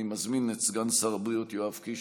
אני מזמין את סגן שר הבריאות יואב קיש